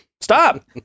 Stop